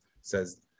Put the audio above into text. says